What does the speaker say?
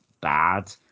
bad